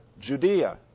judea